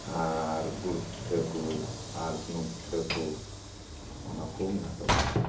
ᱟᱨ ᱜᱩᱲ ᱯᱤᱴᱷᱟᱹ ᱠᱚ ᱟᱨ ᱥᱩᱱᱩᱢ ᱯᱤᱴᱷᱟᱹ ᱠᱚ ᱚᱱᱟ ᱠᱚ ᱢᱮᱱᱟᱜ ᱛᱟᱵᱚᱱᱟ